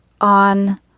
on